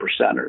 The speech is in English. percenters